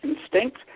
instinct